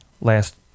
last